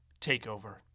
takeover